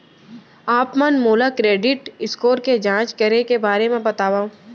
आप मन मोला क्रेडिट स्कोर के जाँच करे के बारे म बतावव?